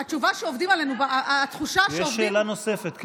יש שאלה נוספת.